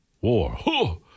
War